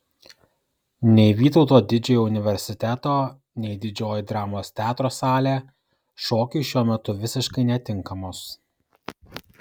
nei vytauto didžiojo universiteto nei didžioji dramos teatro salė šokiui šiuo metu visiškai netinkamos